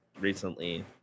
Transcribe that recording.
recently